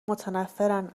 متنفرن